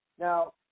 Now